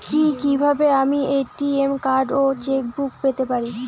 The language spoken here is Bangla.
কি কিভাবে আমি এ.টি.এম কার্ড ও চেক বুক পেতে পারি?